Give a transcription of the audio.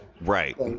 Right